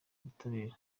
ubutabera